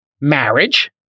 marriage